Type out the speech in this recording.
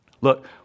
Look